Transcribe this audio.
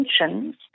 intentions